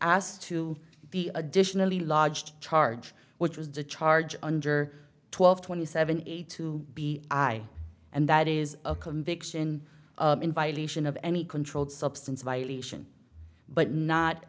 asked to be additionally lodged charge which was the charge under twelve twenty seven eight to be i and that is a conviction in violation of any controlled substance violation but not